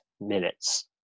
minutes